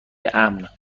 امن